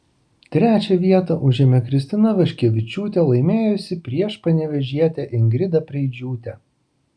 trečią vietą užėmė kristina vaškevičiūtė laimėjusi prieš panevėžietę ingridą preidžiūtę